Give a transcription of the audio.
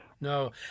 no